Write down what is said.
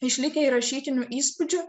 išlikę ir rašytinių įspūdžių